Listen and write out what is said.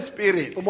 Spirit